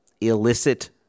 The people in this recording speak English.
illicit